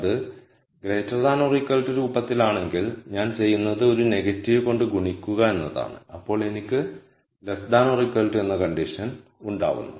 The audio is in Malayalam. അത് രൂപത്തിലാണെങ്കിൽ ഞാൻ ചെയ്യുന്നത് ഒരു നെഗറ്റീവ് കൊണ്ട് ഗുണിക്കുക എന്നതാണ് അപ്പോൾ എനിക്ക് എന്ന കണ്ടിഷൻ ഉണ്ടാവുന്നു